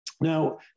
Now